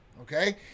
okay